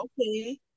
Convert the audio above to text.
okay